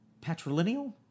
patrilineal